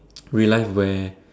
real life where